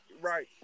right